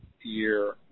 year